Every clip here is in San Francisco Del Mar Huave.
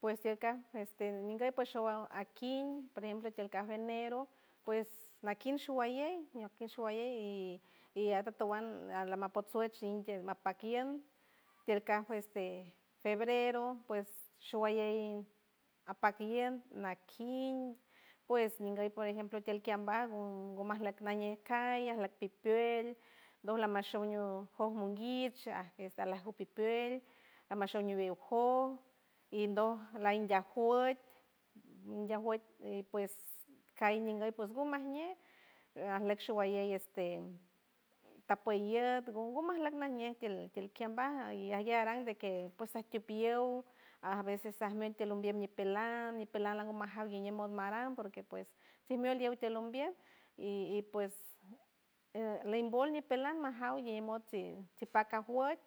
Pues tiej kaj este, nguey pus akin por ejemplo kaj enero, ps nakiñ shuwalley nakiñ showalley y- y atotuan alamapot suech mapak iend, tiel kaj este febrero, pues showalley apak iend nakiñ, pues ñinguey por ejemplo tiel kiambaj, gumajleck najñe call ajleck pipield ndom lamashow, ñu joj monguich ajlock pipield lamashow ñiwew koj indoj lain diajüet diajuet, ps call ninguey ps ngumajñej, ajleck showalley, este tapo iet ngumajleck najñe tiel tiel kiambaj, ajguey arang de que pues ajtipic yow, aj veces ajmueld tield ñipelan ñipelam langomajaw guiñej mod marang, porque pues timuelt yow tiel ombiem y- y pues, limbolt ñipelan majaw ñi mod chik chipak ajüet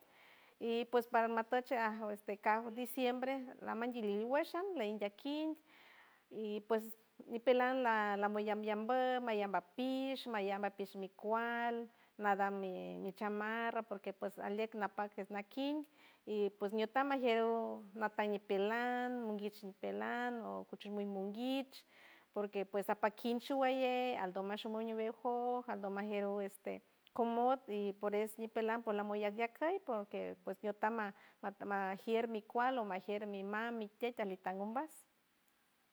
y ps parma tuch aj este carr diciembre, lamanlliw wash am laim ndiakin y pues ñipelan la lam yam- yambüt mallamba pish, mallamba pish mi kual, nadam mi chamarra, porque pues alieck napac nakiñ y ps ñutam ñajeruw ñatam ñipelan mongich, ñipelan ukuch muñ monguich, porque pues apakin shuwalley aldom mash umoño uguew joj, aldom majier uj este comot y por es ñipelan por lamon ndiack key, porque pues ñutam ma- majier mi kual o majier mi mam, mi tiet, ajlital ombas.